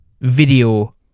video